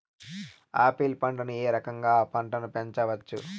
Apple పంటను ఏ రకంగా అ పంట ను పెంచవచ్చు?